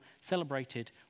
celebrated